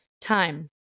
Time